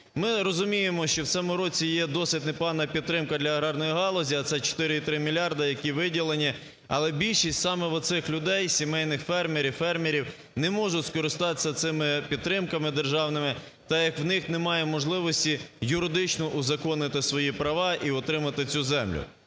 Ми розуміємо, що в цьому році є досить непогана підтримка для аграрної галузі, а це 4,3 мільярда, які виділені, але більшість саме, вот, цих людей, сімейних фермерів, фермерів не можуть скористатися цими підтримками державними, так як у них немає можливості юридично узаконити свої права і отримати цю землю.